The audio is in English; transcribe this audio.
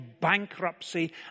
bankruptcy